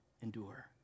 endure